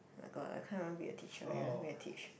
my god I can't even be a teacher you want me to teach